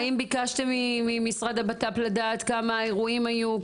האם ביקשתם ממשרד הבט"פ לדעת כמה אירועים היו,